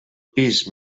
pis